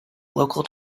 local